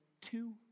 two